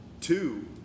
two